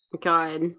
god